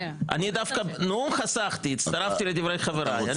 אני דווקא נאום חסכתי, הצטרפתי לדברי חבריי.